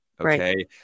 Okay